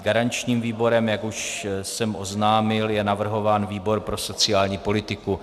Garančním výborem, jak už jsem oznámil, je navrhován výbor pro sociální politiku.